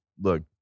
look